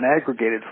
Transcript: aggregated